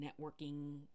networking